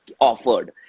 offered